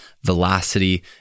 velocity